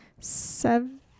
seven